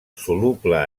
soluble